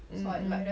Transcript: mm mm